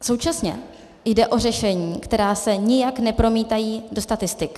Současně jde o řešení, která se nijak nepromítají do statistik.